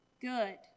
good